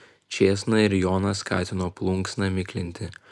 čėsna ir joną skatino plunksną miklinti